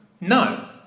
No